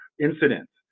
incidents